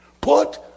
Put